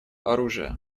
оружия